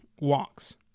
walks